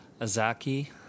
Azaki